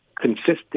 consistent